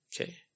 Okay